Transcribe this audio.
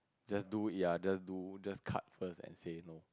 just do ya just do just cut first and say no